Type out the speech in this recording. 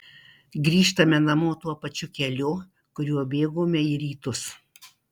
grįžtame namo tuo pačiu keliu kuriuo bėgome į rytus